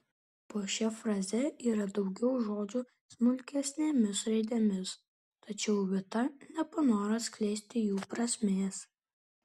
po šia fraze yra daugiau žodžių smulkesnėmis raidėmis tačiau vita nepanoro atskleisti jų prasmės